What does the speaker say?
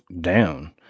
down